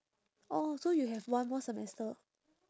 oh so you have one more semester